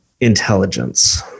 intelligence